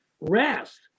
Rest